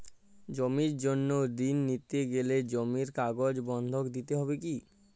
জমির জন্য ঋন নিতে গেলে জমির কাগজ বন্ধক দিতে হবে কি?